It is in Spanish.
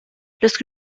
los